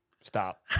Stop